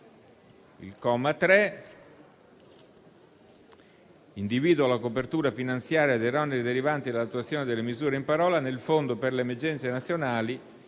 Il comma 3 individua la copertura finanziaria degli oneri derivanti dall'attuazione delle misure in parola nel Fondo per le emergenze nazionali,